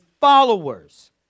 followers